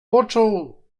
począł